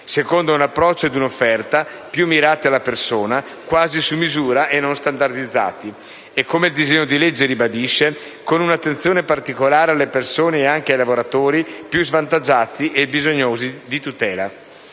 secondo un approccio e un'offerta più mirati alla persona, quasi su misura e non standardizzati, e - come il disegno di legge ribadisce - con un'attenzione particolare alle persone e anche ai lavoratori più svantaggiati e bisognosi di tutela.